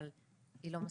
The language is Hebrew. אבל היא לא מספיקה.